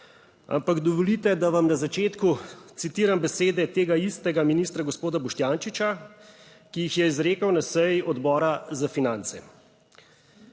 ampak dovolite, da vam na začetku citiram besede tega istega ministra, gospoda Boštjančiča, ki jih je izrekel na seji Odbora za finance: